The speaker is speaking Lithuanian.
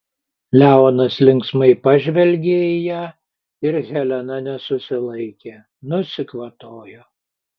leonas linksmai pažvelgė į ją ir helena nesusilaikė nusikvatojo